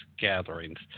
gatherings